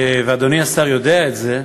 ואדוני השר יודע את זה: